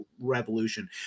revolution